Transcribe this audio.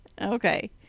Okay